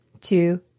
two